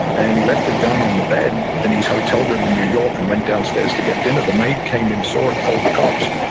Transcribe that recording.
and he left the gun on the bed in his hotel room in new york and went downstairs to get dinner. the maid came and saw it, called the cops,